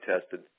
tested